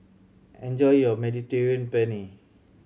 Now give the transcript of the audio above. enjoy your Mediterranean Penne